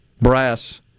brass